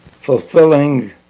fulfilling